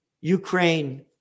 Ukraine